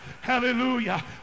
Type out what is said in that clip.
Hallelujah